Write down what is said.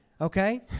okay